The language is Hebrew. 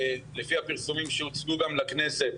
לפי הפרסומים שהוצגו גם לכנסת,